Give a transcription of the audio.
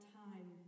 time